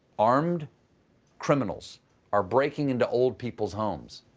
armed criminals are breaking into old people's homes.